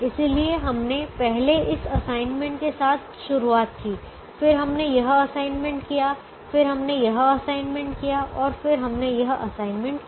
इसलिए हमने पहले इस असाइनमेंट के साथ शुरुआत की फिर हमने यह असाइनमेंट किया फिर हमने यह असाइनमेंट किया और फिर हमने यह असाइनमेंट किया